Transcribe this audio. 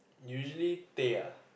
usually teh ah